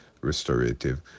restorative